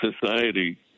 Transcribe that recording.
society